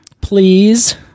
Please